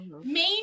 main